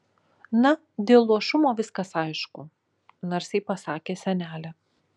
na dėl luošumo viskas aišku narsiai pasakė senelė